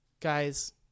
guys